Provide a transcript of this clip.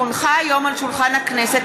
כי הונחו היום על שולחן הכנסת,